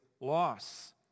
loss